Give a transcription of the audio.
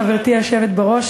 חברתי היושבת בראש,